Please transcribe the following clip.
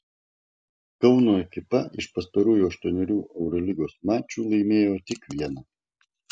kauno ekipa iš pastarųjų aštuonerių eurolygos mačų laimėjo tik vieną